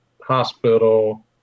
hospital